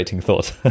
thought